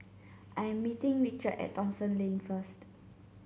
I am meeting Richard at Thomson Lane first